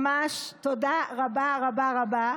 ממש תודה רבה רבה רבה